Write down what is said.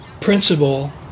principle